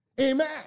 Amen